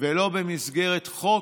ולא במסגרת חוק,